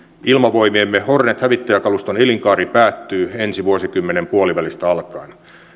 ilmavoimiemme hornet hävittäjäkaluston elinkaari päättyy ensi vuosikymmenen puolivälistä alkaen